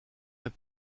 est